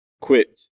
quit